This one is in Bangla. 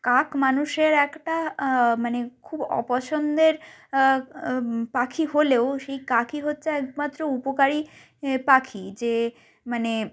কাক মানুষের একটা মানে খুব অপছন্দের পাখি হলেও সেই কাকই হচ্ছে একমাত্র উপকারী পাখি যে মানে